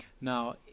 Now